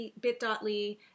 bit.ly